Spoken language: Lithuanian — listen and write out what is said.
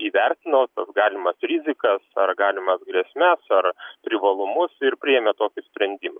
įvertino galimas rizikas ar galimas grėsmes ar privalumus ir priėmė tokį sprendimą